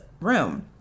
room